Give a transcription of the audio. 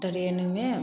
ट्रेनमे